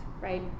right